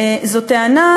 זו טענה,